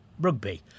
rugby